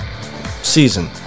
season